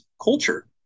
culture